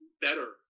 better